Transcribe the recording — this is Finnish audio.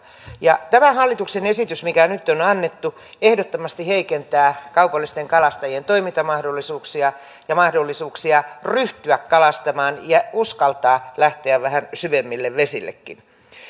ja tämä hallituksen esitys mikä nyt on annettu ehdottomasti heikentää kaupallisten kalastajien toimintamahdollisuuksia ja mahdollisuuksia ryhtyä kalastamaan ja uskaltaa lähteä vähän syvemmillekin vesille